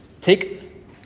Take